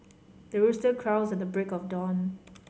the rooster crows at the break of dawn